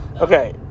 okay